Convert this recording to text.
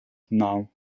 naŭ